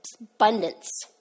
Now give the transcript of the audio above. abundance